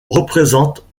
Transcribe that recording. représente